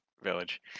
village